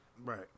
Right